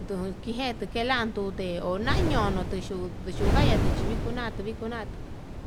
Ndukee nutelandute oñono tuyuu tuyuu tundachi tuna,